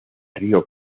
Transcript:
río